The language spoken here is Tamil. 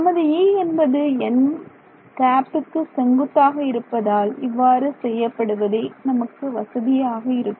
நமது E என்பது nக்கு செங்குத்தாக இருப்பதால் இவ்வாறு செய்யப்படுவதே நமக்கு வசதியாக இருக்கும்